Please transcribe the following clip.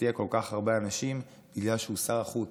שהפתיע כל כך הרבה אנשים בגלל שהוא שר החוץ.